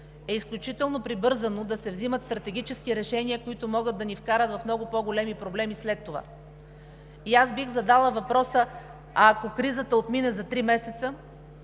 е изключително прибързано да се взимат стратегически решения, които могат да ни вкарат в много по-големи проблеми след това. Бих задала въпроса: а ако кризата отмине за три месеца,